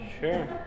Sure